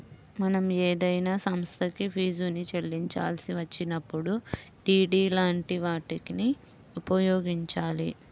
మనం ఏదైనా సంస్థకి ఫీజుని చెల్లించాల్సి వచ్చినప్పుడు డి.డి లాంటి వాటిని ఉపయోగించాలి